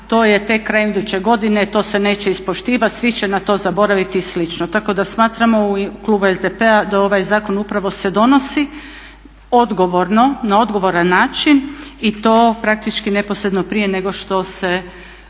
to je tek krajem iduće godine, to se neće ispoštivati svi će na to zaboraviti i slično. Tako da smatramo u klubu SDP-a da ovaj zakon upravo se donosi odgovorno na odgovoran način i to praktički neposredno prije nego što se